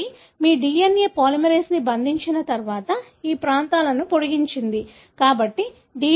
అవి మీ DNA పాలిమరేస్ని బంధించిన తర్వాత ఈ ప్రాంతాలను పొడిగించండి